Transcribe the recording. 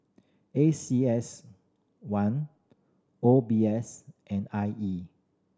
A C S one O B S and I E